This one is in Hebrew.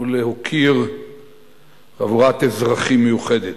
ולהוקיר חבורת אזרחים מיוחדת,